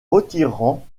retirant